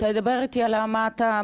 תדבר איתי על למה זה?